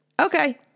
Okay